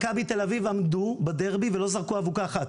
מכבי תל אביב עמדו בדרבי ולא זרקו אבוקה אחת.